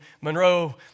Monroe